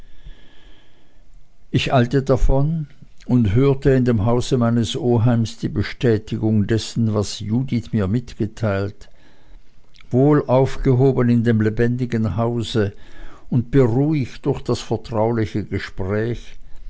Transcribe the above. ich eilte davon und hörte in dem hause meines oheims die bestätigung dessen was mir judith mitgeteilt wohl aufgehoben in dem lebendigen hause und beruhigt durch das vertrauliche gespräch